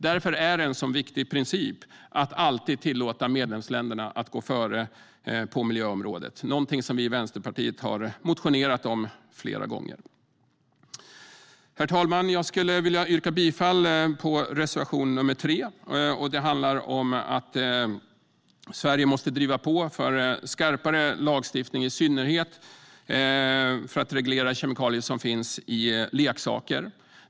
Därför är det en sådan viktig princip att alltid tillåta medlemsländerna att gå före på miljöområdet, och detta är någonting som vi i Vänsterpartiet har motionerat om flera gånger. Herr talman! Jag yrkar bifall till reservation nr 3. Den handlar om att Sverige måste driva på för skarpare lagstiftning i synnerhet för att reglera kemikalier som finns i leksaker.